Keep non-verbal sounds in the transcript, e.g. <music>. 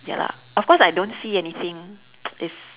ya lah of course I don't see anything <noise> is